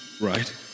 right